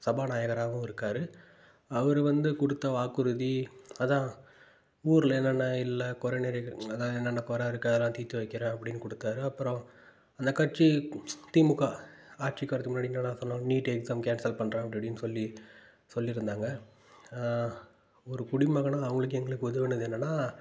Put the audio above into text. சபாநாயகராகவும் இருக்கார் அவர் வந்து கொடுத்த வாக்குறுதி அதுதான் ஊரில் என்னென்ன இல்லை குறை நிறைகள் அதுதான் என்னென்ன குறை இருக்குது அதெல்லாம் தீர்த்து வைக்கிறேன் அப்படின்னு கொடுத்தாரு அப்புறம் இந்த கட்சி திமுக ஆட்சிக்கு வர்றதுக்கு முன்னாடி என்னெல்லாம் சொன்னாருன்னால் நீட் எக்ஸாம் கேன்சல் பண்ணுறேன் அப்படி இப்படின்னு சொல்லி சொல்லியிருந்தாங்க ஒரு குடிமகனாக அவர்களுக்கும் எங்களுக்கும் உதவினது என்னென்னால்